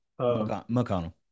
McConnell